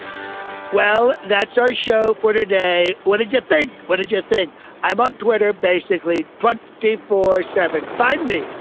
well, that's our show for today. what did you think? what did you think about twitter, basically? one day for seven, find me.